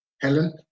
Helen